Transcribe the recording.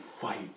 fight